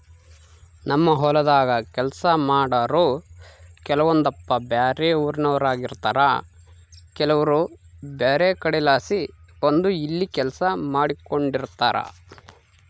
ನಮ್ಮ ಹೊಲದಾಗ ಕೆಲಸ ಮಾಡಾರು ಕೆಲವೊಂದಪ್ಪ ಬ್ಯಾರೆ ಊರಿನೋರಾಗಿರುತಾರ ಕೆಲವರು ಬ್ಯಾರೆ ಕಡೆಲಾಸಿ ಬಂದು ಇಲ್ಲಿ ಕೆಲಸ ಮಾಡಿಕೆಂಡಿರ್ತಾರ